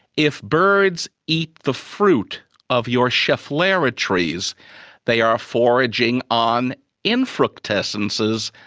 if birds eat the fruit of your schefflera trees they are foraging on infructescences,